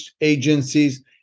agencies